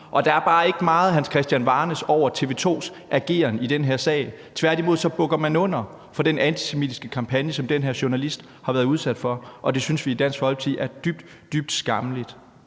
Der er bare ikke meget Hans Christian Varnæs over TV 2's ageren i den her sag. Tværtimod bukker man under for den antisemitiske kampagne, som den her journalist har været udsat for, og det synes vi i Dansk Folkeparti er dybt, dybt skammeligt.